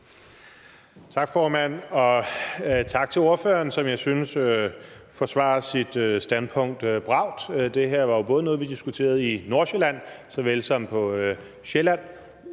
Tak, formand. Og tak til ordføreren, som jeg synes forsvarer sit standpunkt bravt. Det her var jo noget, som vi både diskuterede i forhold til Nordsjælland